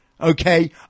Okay